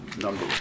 Number